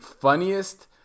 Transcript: funniest